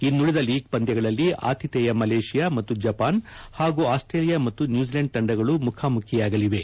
ಇನ್ನುಳಿದ ಲೀಗ್ ಪಂದ್ಯಗಳಲ್ಲಿ ಆತಿಥೇಯ ಮಲೇಷಿಯಾ ಮತ್ತು ಜಪಾನ್ ಹಾಗೂ ಆಸ್ಕೇಲಿಯಾ ಮತ್ತು ನ್ಯೂಜಿಲೆಂಡ್ ತಂಡಗಳು ಮುಖಾಮುಖಿಯಾಗಲಿವೆ